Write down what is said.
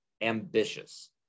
ambitious